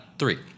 Three